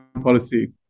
policy